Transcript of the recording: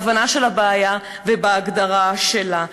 בהבנה של הבעיה ובהגדרה שלה.